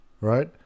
Right